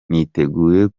niteguye